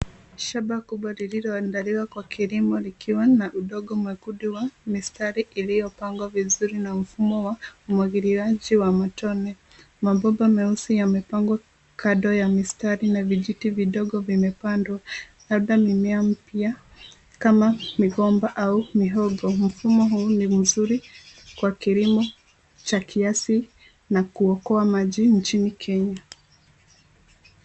Shamba kubwa lililoandaliwa kwa kilimo likiwa na udongo mwekundu wa mistari iliyopangwa vizuri na mfumo wa umwagiliaji wa matone. Mabomba meusi yamepangwa kando ya mistari na vijiti vidogo vimepandwa labda mimea mpya kama migomba au mihogo. Mfumo huu ni mzuri kwa kilimo cha kiasi na kuokoa maji nchini Kenya.